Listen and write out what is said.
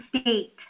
state